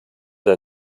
der